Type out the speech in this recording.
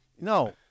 No